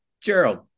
Gerald